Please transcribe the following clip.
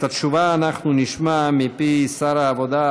את התשובה אנחנו נשמע מפי שר העבודה,